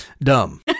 dumb